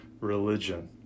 religion